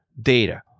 data